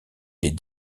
des